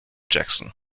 jackson